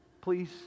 Please